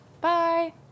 Bye